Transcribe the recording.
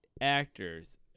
actors